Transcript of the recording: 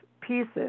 pieces